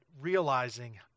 realizing